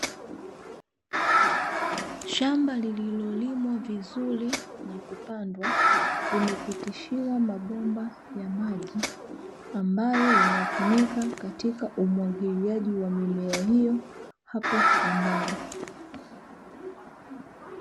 Shamba lililolimwa vizuri na kupandwa, limepitishiwa mabomba ya maji, ambayo yanatumika katika umwagiliaji wa mimea hiyo hapo shambani.